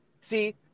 See